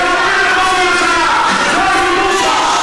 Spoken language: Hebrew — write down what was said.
העיקר להפיל את ראש הממשלה.